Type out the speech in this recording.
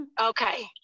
Okay